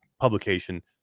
publication